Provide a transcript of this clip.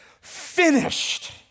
finished